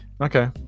Okay